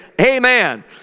amen